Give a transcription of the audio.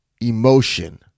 emotion